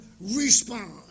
respond